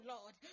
Lord